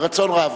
בבקשה, ברצון רב.